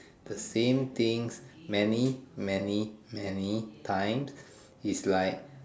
the same things many many many time he's like